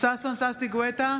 ששון ששי גואטה,